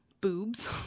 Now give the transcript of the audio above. boobs